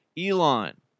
Elon